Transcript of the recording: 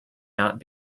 not